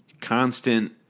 constant